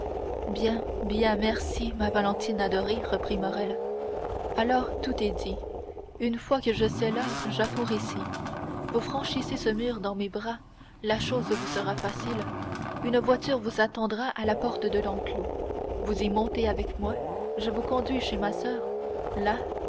bien bien merci ma valentine adorée reprit morrel alors tout est dit une fois que je sais l'heure j'accours ici vous franchissez ce mur dans mes bras la chose vous sera facile une voiture vous attendra à la porte de l'enclos vous y montez avec moi je vous conduis chez ma soeur là